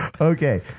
Okay